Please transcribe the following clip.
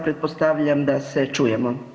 Pretpostavljam da se čujemo?